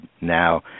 now